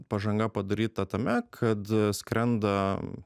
pažanga padaryta tame kad skrenda